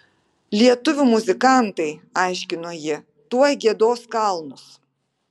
laidotuvių muzikantai aiškino ji tuoj giedos kalnus